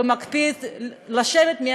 ומקפיד לשבת,